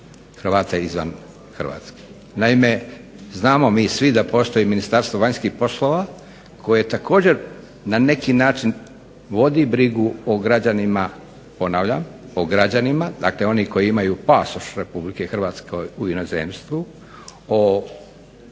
Hrvate izvan Hrvatske. Naime, znamo mi svi da postoji Ministarstvo vanjskih poslova koje također na neki način vodi brigu o građanima, ponavljam, o građanima, dakle oni koji imaju pasoš RH u inozemstvu, o Hrvatima